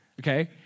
Okay